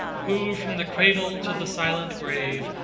who from the cradle to the silent grave,